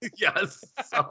Yes